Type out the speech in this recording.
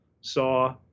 saw